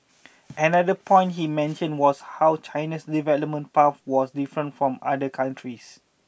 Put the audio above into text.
another point he mentioned was how China's development path was different from other countries